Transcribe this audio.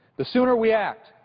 the sooner we act,